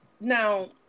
Now